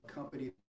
company